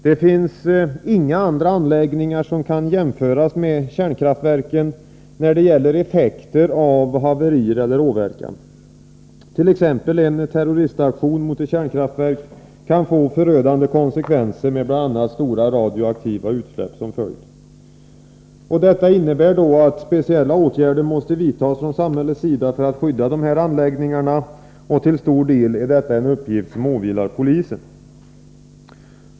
Det finns inga andra anläggningar som kan jämföras med kärnkraftverken när det gäller effekter av haverier eller åverkan. Exempelvis en terroristaktion mot ett kärnkraftverk kan få förödande konsekvenser med bl.a. stora radioaktiva utsläpp som följd. Detta innebär att speciella åtgärder måste vidtas från samhällets sida för att skydda dessa anläggningar. Till stor del är det en uppgift som åvilar polisen.